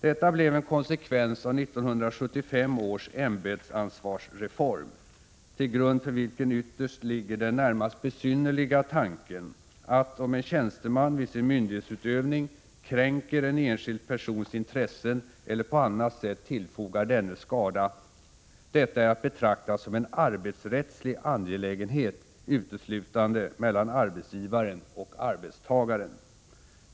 Detta blev en konsekvens av 1975 års ämbetsansvarsreform, till grund för vilken ytterst ligger den närmast besynnerliga tanken att, om en tjänsteman vid sin myndighetsutövning kränker en enskild persons intressen eller på annat sätt tillfogar denne skada, detta är att betrakta som en arbetsrättslig angelägenhet uteslutande mellan arbetsgivaren och arbetstagaren.